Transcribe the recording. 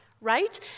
right